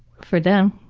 for them,